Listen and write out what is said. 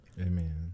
Amen